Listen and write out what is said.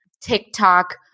TikTok